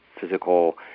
physical